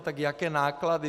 Tak jaké náklady?